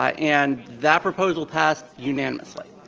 and that proposal passed unanimously.